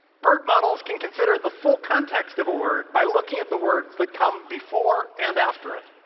bert models can consider the full context of a word by looking at the words that come before and after it.